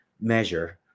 measure